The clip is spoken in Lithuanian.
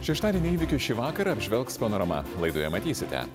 šeštadienį įvykių šį vakarą apžvelgs panorama laidoje matysite